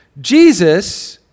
Jesus